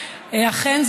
אכן,